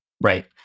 Right